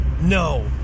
No